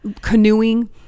canoeing